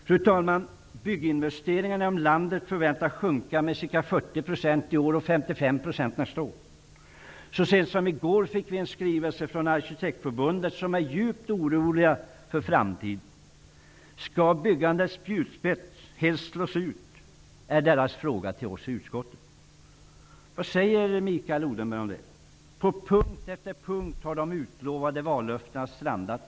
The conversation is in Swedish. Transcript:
Fru talman! Bygginvesteringarna inom landet förväntas sjunka med ca 40 % i år och med 55 % nästa år. Så sent som i går fick vi en skrivelse från Arkitektförbundet, där man är djupt orolig för framtiden. Skall byggandets spjutspets helt slås ut, är deras fråga till oss i utskottet. Vad säger Mikael Odenberg om det? På punkt efter punkt har de utlovade vallöftena strandat.